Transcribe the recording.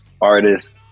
artist